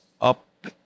up